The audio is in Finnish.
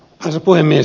arvoisa puhemies